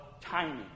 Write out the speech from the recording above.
timing